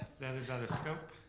that is other scope.